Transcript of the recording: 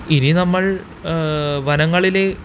ഇനി നമ്മൾ വനങ്ങളിൽ